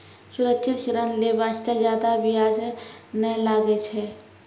सुरक्षित ऋण लै बास्ते जादा बियाज नै लागै छै